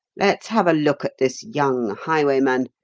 let's have a look at this young highwayman,